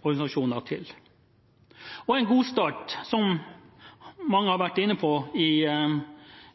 organisasjoner til på. En god start – som mange har vært inne på –